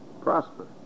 prosper